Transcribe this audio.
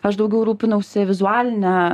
aš daugiau rūpinausi vizualine